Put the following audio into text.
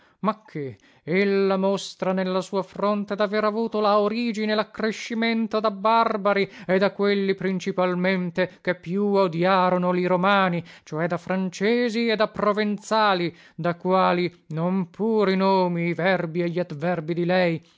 ma che ella mostra nella sua fronte daver avuto la origine e laccrescimento da barbari e da quelli principalmente che più odiarono li romani cioè da francesi e da provenzali da quali non pur i nomi i verbi e gli adverbi di lei